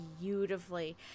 beautifully